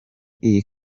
iyi